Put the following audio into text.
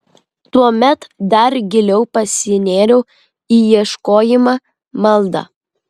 tuomet dar giliau pasinėriau į ieškojimą maldą